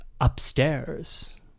Upstairs